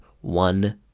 one